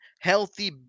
healthy